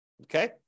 Okay